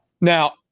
Now